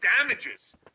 damages